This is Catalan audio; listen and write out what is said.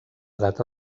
data